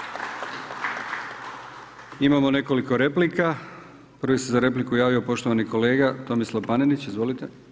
Imamo nekoliko replika, prvi se za repliku javio poštovani kolega Tomislav Panenić, izvolite.